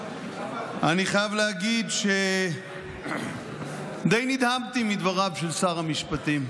אני חייב להגיד שדי נדהמתי מדבריו של שר המשפטים,